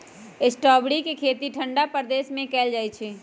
strawberry के खेती ठंडा प्रदेश में कएल जाइ छइ